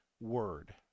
word